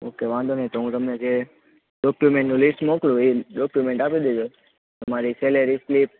okay વાંધો નહીં તો હું તમને જે ડોક્યુમેન્ટનું લિસ્ટ મોકલું એ ડોક્યુમેન્ટ આપી દેજો તમારી સેલેરી સ્લીપ